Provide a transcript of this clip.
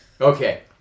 Okay